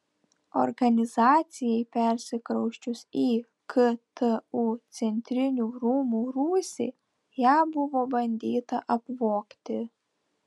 organizacijai persikrausčius į ktu centrinių rūmų rūsį ją buvo bandyta apvogti